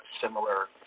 similar